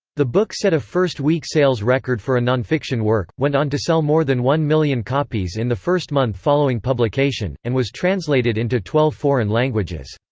the book set a first-week sales record for a nonfiction work, went on to sell more than one million copies in the first month following publication, and was translated into twelve foreign languages.